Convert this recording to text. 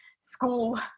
school